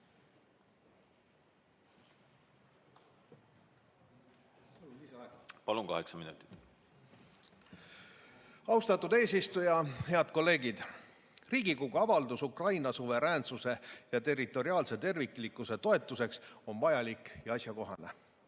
Palun! Kaheksa minutit. Austatud eesistuja! Head kolleegid! Riigikogu avaldus Ukraina suveräänsuse ja territoriaalse terviklikkuse toetuseks on vajalik ja asjakohane.